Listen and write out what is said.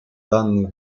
данные